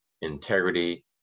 integrity